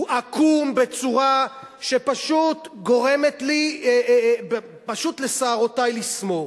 הוא עקום בצורה שפשוט גורמת לשערותי לסמור.